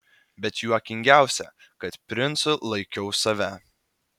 bet juokingiausia kad princu laikiau save